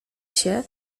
się